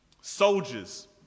Soldiers